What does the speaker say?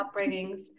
upbringings